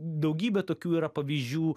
daugybė tokių yra pavyzdžių